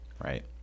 Right